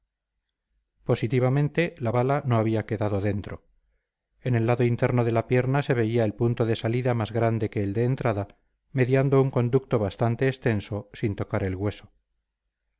positivamente la bala no había quedado dentro en el lado interno de la pierna se veía el punto de salida más grande que el de entrada mediando un conducto bastante extenso sin tocar el hueso